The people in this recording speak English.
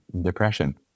depression